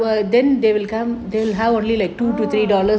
oh